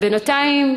בינתיים,